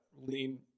lean